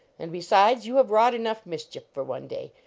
and, be sides, you have wrought enough mischief for one day.